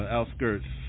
Outskirts